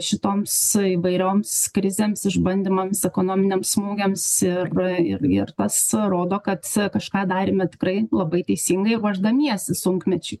šitoms įvairioms krizėms išbandymams ekonominiams smūgiams ir ir ir tas rodo kad kažką darėme tikrai labai teisingai ruošdamiesi sunkmečiui